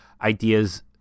ideas